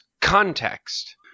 context